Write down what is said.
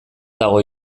dago